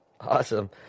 Awesome